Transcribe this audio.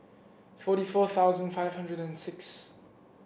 forty four thousand five hundred and six